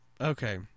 Okay